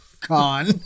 con